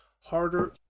harder